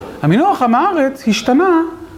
המינוח עם הארץ השתנה